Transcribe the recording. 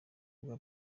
bwa